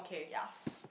yucks